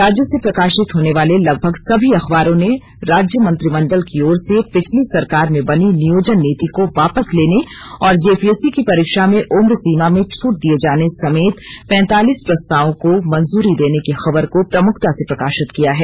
राज्य से प्रकाशित होने वाले लगभग सभी अखबारों ने राज्य मंत्रिमंडल की ओर से दो हजार सोलह में बनी नियोजन नीति को वापस लेने और जेपीएससी की परीक्षा में उम्र सीमा में छूट दिए जाने समेत पैंतालीस प्रस्तावों को मंजूरी देने की खबर को प्रमुखता से प्रकाशित किया है